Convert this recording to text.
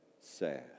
sad